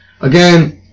again